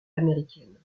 américaine